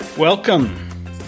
Welcome